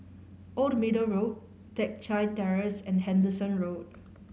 Old Middle Road Teck Chye Terrace and Henderson Road